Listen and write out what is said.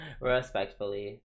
Respectfully